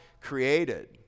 created